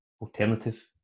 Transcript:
Alternative